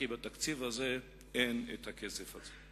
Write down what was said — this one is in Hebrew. כי בתקציב הזה אין הכסף הזה.